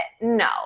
no